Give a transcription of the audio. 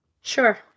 Sure